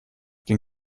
den